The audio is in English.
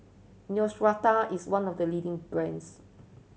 Neostrata is one of the leading brands